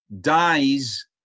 dies